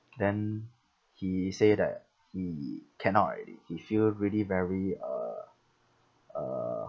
then he say that he cannot already he feel really very uh uh